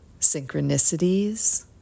synchronicities